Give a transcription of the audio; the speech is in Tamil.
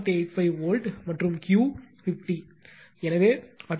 85 வோல்ட் மற்றும் Q 50 எனவே 42